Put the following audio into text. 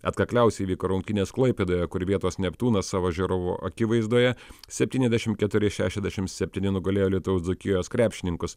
atkakliausiai vyko rungtynės klaipėdoje kur vietos neptūnas savo žiūrovų akivaizdoje septyniasdešimt keturi šešiasdešim septyni nugalėjo alytaus dzūkijos krepšininkus